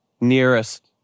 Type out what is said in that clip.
nearest